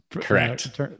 Correct